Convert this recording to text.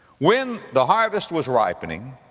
when the harvest was ripening,